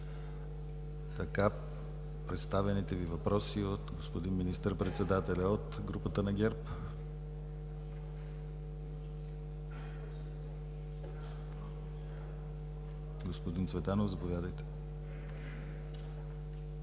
така представените Ви въпроси от господин министър-председателя. От групата на ГЕРБ – господин Цветанов, заповядайте.